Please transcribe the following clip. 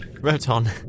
Roton